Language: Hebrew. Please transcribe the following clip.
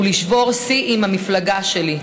ולשבור שיא של המפלגה שלי.